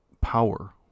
power